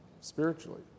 spiritually